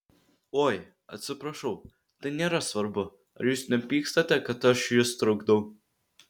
oi atsiprašau tai nėra svarbu ar jūs nepykstate kad aš jus trukdau